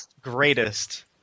greatest